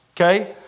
okay